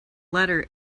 letter